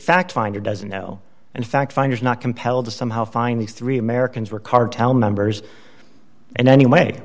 fact finder doesn't know and fact finders not compelled to somehow find these three americans were cartel members and anyway